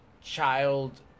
child